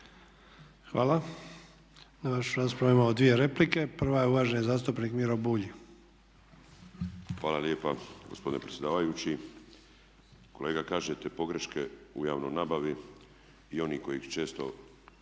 Hvala. Na vašu raspravu imamo 2 replike. Prva je uvaženi zastupnik Miro Bulj. **Bulj, Miro (MOST)** Hvala lijepa gospodine predsjedavajući. Kolega kažete pogreške u javnoj nabavi i oni koji ih često